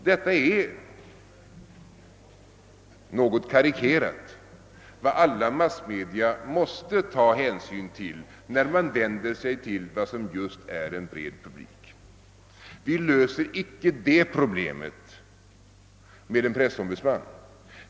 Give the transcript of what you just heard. Detta är — något karikerat — vad olika massmedia måste ta hänsyn till när de vänder sig till en bred publik. Vi löser icke detta problem med en pressombudsman.